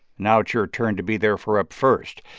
now it's your turn to be there for up first.